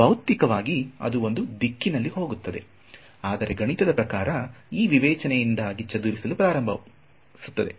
ಭೌತಿಕವಾಗಿ ಅದು ಒಂದು ದಿಕ್ಕಿನಲ್ಲಿ ಹೋಗುತ್ತದೆ ಆದರೆ ಗಣಿತದ ಪ್ರಕಾರ ಈ ವಿವೇಚನೆಯಿಂದಾಗಿ ಚದುರಿಸಲು ಪ್ರಾರಂಭಿಸುತ್ತದೆ